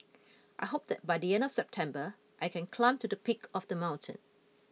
I hope that by the end of September I can climb to the peak of the mountain